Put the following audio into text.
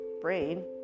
brain